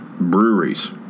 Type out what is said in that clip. breweries